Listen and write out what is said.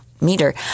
meter